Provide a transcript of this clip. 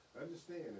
understand